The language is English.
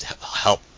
help